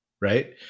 right